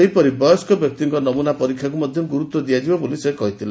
ସେହିପରି ବୟସ୍କ ବ୍ୟକ୍ତିଙ୍କ ନମୁନା ପରୀକ୍ଷାକୁ ମଧ୍ୟ ଗୁରୁତ୍ ଦିଆ ଯିବ ବୋଲି ସେ କହିଥିଲେ